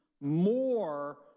more